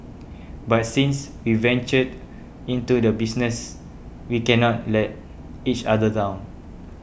but since we ventured into this business we cannot let each other down